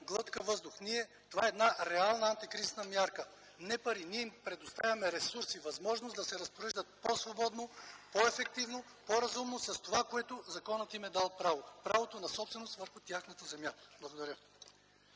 глътка въздух, това е една реална антикризисна мярка, не пари, ние им предоставяме ресурси, възможност да се разпореждат по-свободно, по-ефективно, по-разумно с това, което законът им е дал право. Правото на собственост върху тяхната земя. Благодаря